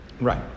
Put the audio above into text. Right